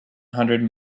hundred